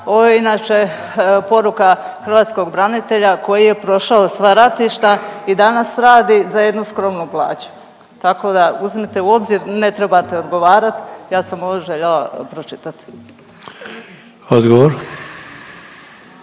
Ovo je inače poruka hrvatskog branitelja koji je prošao sva ratišta i danas radi za jednu skromnu plaću. Tako da uzmite u obzir, ne trebate odgovarat. Ja sam ovo željela pročitati.